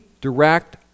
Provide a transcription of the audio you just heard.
direct